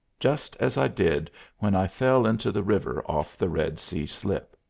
just as i did when i fell into the river off the red c slip.